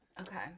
Okay